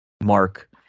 Mark